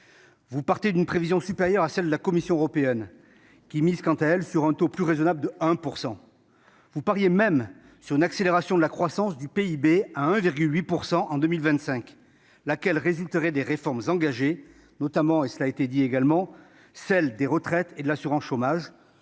Vous partez d'une prévision supérieure à celle de la Commission européenne, qui mise quant à elle sur un taux plus raisonnable de 1 %. Vous pariez même sur une accélération de la croissance du PIB, qui atteindrait 1,8 % en 2025. Celle-ci résulterait des réformes engagées, notamment celles des retraites et de l'assurance chômage,